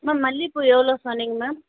ma'am மல்லிப்பூ எவ்வளோ சொன்னீங்கள் மேம்